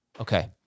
Okay